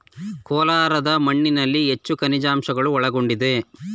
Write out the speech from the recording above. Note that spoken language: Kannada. ಕೋಲಾರದ ಮಣ್ಣಿನಲ್ಲಿ ಹೆಚ್ಚು ಖನಿಜಾಂಶಗಳು ಒಳಗೊಂಡಿದೆ